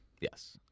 Yes